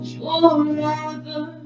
forever